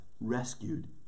rescued